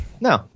no